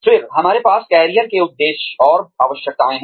फिर हमारे पास कैरियर के उद्देश्य और आवश्यकताएं हैं